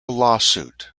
lawsuit